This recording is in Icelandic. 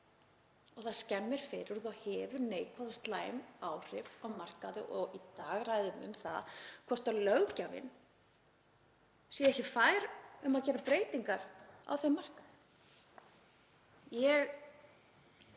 Það skemmir fyrir og hefur neikvæð og slæm áhrif á markaði og í dag ræðum um það hvort löggjafinn sé ekki fær um að gera breytingar á þeim markaði. Ég